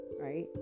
right